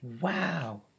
wow